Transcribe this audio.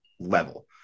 level